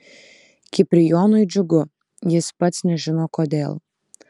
kiprijonui džiugu jis pats nežino kodėl